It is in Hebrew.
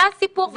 זה הסיפור.